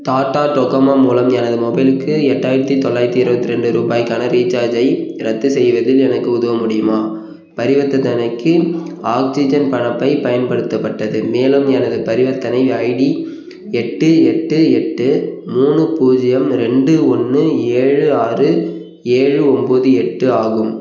Tata Docomo மூலம் எனது மொபைலுக்கு எட்டாயிரத்தி தொள்ளாயிரத்தி இருபத்தி ரெண்டு ரூபாய்க்கான ரீசார்ஜை ரத்து செய்வதில் எனக்கு உதவ முடியுமா பரிவர்த்தன்னைக்கு ஆக்ஸிஜன் பணப்பை பயன்படுத்தப்பட்டது மேலும் எனது பரிவர்த்தனை ஐடி எட்டு எட்டு எட்டு மூணு பூஜ்ஜியம் ரெண்டு ஒன்று ஏழு ஆறு ஏழு ஒன்போது எட்டு ஆகும்